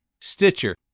Stitcher